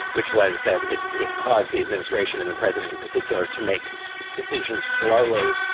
which was that it it caused the administration and the president in particular to make decisions slowly,